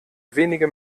wenige